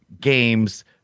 games